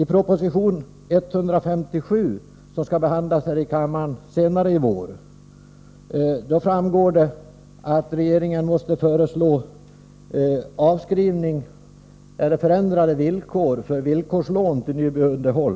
Av proposition 157, som skall behandlas här i kammaren senare i vår, framgår att regeringen måste föreslå avskrivning av eller förändrade villkor för villkorslån till Nyby Uddeholm.